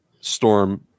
storm